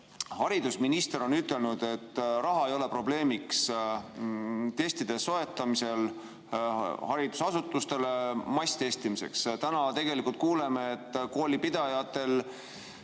Haridusminister on öelnud, et raha ei ole probleemiks testide soetamisel haridusasutustes masstestimiseks. Täna kuuleme, et koolipidajatele